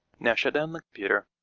yeah shutdown the computer,